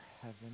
heaven